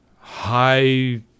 high